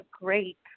great